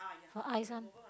her eyes one